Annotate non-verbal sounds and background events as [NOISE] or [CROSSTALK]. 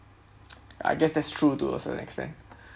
[NOISE] I guess that's true to a certain extent